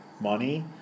money